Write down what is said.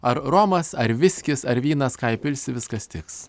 ar romas ar viskis ar vynas ką įpilsi viskas tiks